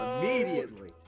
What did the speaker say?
Immediately